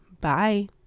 Bye